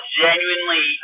genuinely